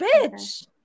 bitch